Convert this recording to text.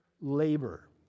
labor